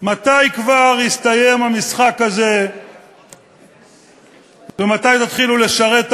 מתי כבר יסתיים המשחק הזה ומתי תתחילו לשרת את